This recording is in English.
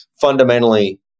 fundamentally